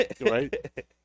right